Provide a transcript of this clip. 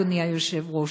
אדוני היושב-ראש,